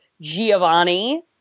Giovanni